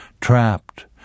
trapped